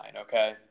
okay